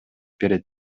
берет